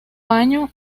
año